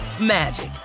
magic